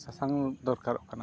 ᱥᱟᱥᱟᱝ ᱫᱚᱨᱠᱟᱨᱚᱜ ᱠᱟᱱᱟ